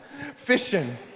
fishing